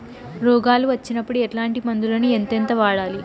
రోగాలు వచ్చినప్పుడు ఎట్లాంటి మందులను ఎంతెంత వాడాలి?